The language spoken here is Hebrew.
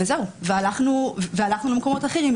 והלכנו למקומות אחרים.